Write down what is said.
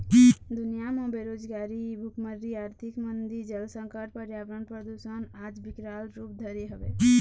दुनिया म बेरोजगारी, भुखमरी, आरथिक मंदी, जल संकट, परयावरन परदूसन आज बिकराल रुप धरे हवय